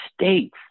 states